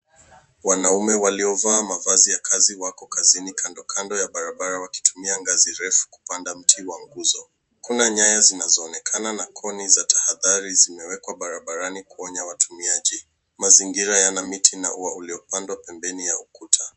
Wanaume waliovaa mavazi ya kazi wako kazini kando kando ya barabara wakitumia ngazi refu kupanda mti wa nguzo. Kuna nyaya zinazoonekana na kuni za tahadhari zimewekwa barabarani kuonya watumiaji. Mazingira yana miti na ua uliopandwa pembeni ya ukuta.